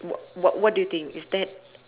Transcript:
wh~ wha~ what do you think is that